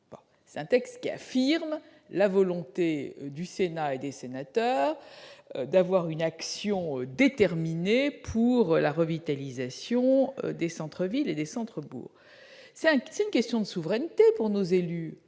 volonté : elle affirme la volonté du Sénat et des sénateurs de mener une action déterminée pour la revitalisation des centres-villes et des centres-bourgs. Il s'agit là d'une question de souveraineté pour nos élus